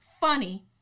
funny